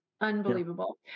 unbelievable